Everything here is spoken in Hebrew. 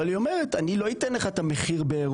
אבל היא אומרת, אני לא אתן לך את המחיר באירופה.